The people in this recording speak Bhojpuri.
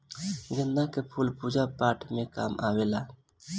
गेंदा के फूल पूजा पाठ में काम आवेला